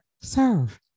serve